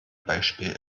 beispiel